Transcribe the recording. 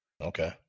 okay